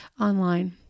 online